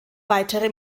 weitere